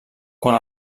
quan